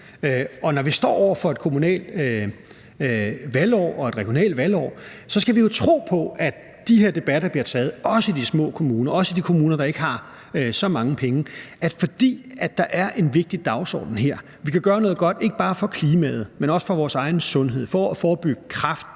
når vi står over for et kommunalt valgår og et regionalt valgår, skal vi jo tro på, at de her debatter bliver taget, også i de små kommuner, også i de kommuner, der ikke har så mange penge. Fordi der er en vigtig dagsorden her – vi kan gøre noget godt, ikke bare for klimaet, men også for vores egen sundhed; for at forebygge kræft,